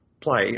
play